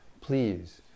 please